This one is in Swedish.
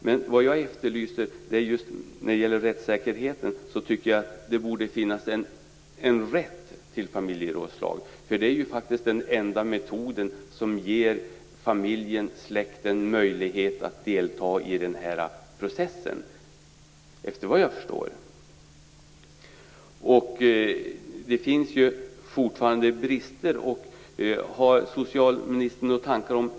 Men vad jag efterlyser när det gäller rättssäkerheten är en rätt till familjerådslag, för det är ju faktiskt den enda metoden som ger familjen och släkten möjlighet att delta i den här processen, såvitt jag förstår. Det finns ju fortfarande brister.